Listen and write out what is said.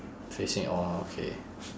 facing orh okay